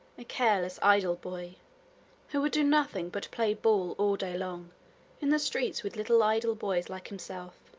a careless, idle boy who would do nothing but play ball all day long in the streets with little idle boys like himself.